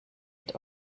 het